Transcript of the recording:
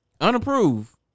unapproved